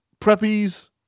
preppies